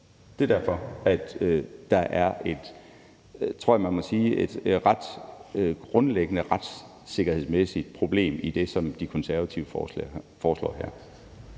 Det er derfor, der er et, tror jeg man må sige, ret grundlæggende retssikkerhedsmæssigt problem i det, som De Konservative foreslår her.